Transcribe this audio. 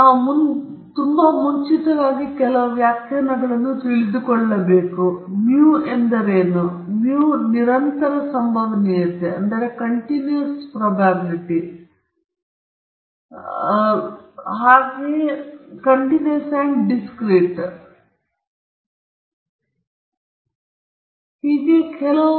ಇದು dx ಯ ಅನಂತ xf ಜೊತೆಗೆ ಮೈನಸ್ ಅನಂತದಿಂದ ನೀಡಲ್ಪಟ್ಟಿದೆ ಈ ಅವಶ್ಯಕತೆಯು 1 ಕ್ಕೆ ಸಮನಾಗಿರದೆ ಇರುವ ಕಾರಣದಿಂದಾಗಿ ನಾವು x ನ ಸಂಭವನೀಯತೆ ವಿತರಣಾ ಕಾರ್ಯವನ್ನು ಗುಣಿಸುತ್ತಿದ್ದೇವೆ ಮತ್ತು ಆದ್ದರಿಂದ ಅದು ಯಾವಾಗಲೂ 1 ಕ್ಕೆ ಸಮನಾಗಿರುವುದಿಲ್ಲ x dx ಯ ಅನಂತ f ಗೆ ಕೇವಲ ಮೈನಸ್ ಅನಂತವು 1 ಕ್ಕೆ ಸಮಾನವಾಗಿರುತ್ತದೆ ಆದರೆ ಇಲ್ಲಿ ಅದು ಯಾವುದೇ ಆಗಿರಬಹುದು ಮೌಲ್ಯ